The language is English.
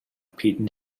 peyton